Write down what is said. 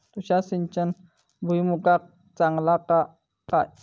तुषार सिंचन भुईमुगाक चांगला हा काय?